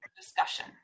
discussion